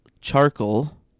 charcoal